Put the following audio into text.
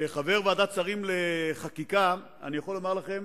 כחבר ועדת שרים לחקיקה, אני יכול להגיד לכם